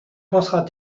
pensera